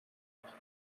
ort